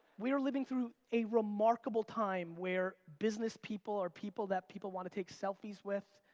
we are living through a remarkable time where business people are people that people wanna take selfies with.